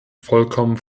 vollkommen